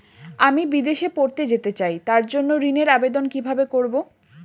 আমি বিদেশে পড়তে যেতে চাই তার জন্য ঋণের আবেদন কিভাবে করব?